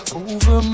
over